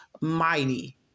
mighty